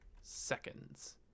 seconds